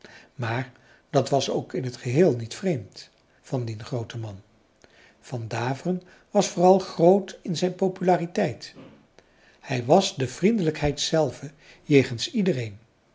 maar dat was ook in het geheel niet vreemd van dien grooten man van daveren was vooral groot in zijn populariteit hij was de vriendelijkheid zelve jegens iedereen